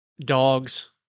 Dogs